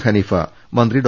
ഹനീഫ മന്ത്രി ഡോ